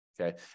Okay